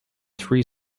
three